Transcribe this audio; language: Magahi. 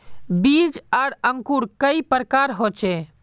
बीज आर अंकूर कई प्रकार होचे?